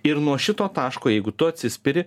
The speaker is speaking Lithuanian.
ir nuo šito taško jeigu tu atsispiri